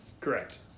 correct